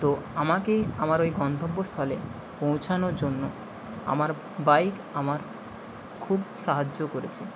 তো আমাকে আমার ওই গন্থব্যস্থলে পৌঁছানোর জন্য আমার বাইক আমার খুব সাহায্য করেছে